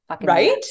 Right